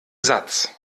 satz